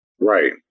right